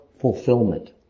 fulfillment